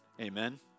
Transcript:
Amen